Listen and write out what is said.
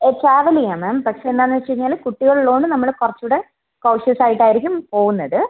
travel ചെയ്യാം ma'am പക്ഷേ എന്താണെന്ന് വെച്ചാൽ കുട്ടികൾ ഉള്ളതുകൊണ്ട് നമ്മൾ കുറച്ചുകൂടെ കോഷ്യസ് ആയിട്ടായിരിക്കും പോകുന്നത്